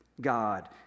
God